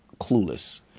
clueless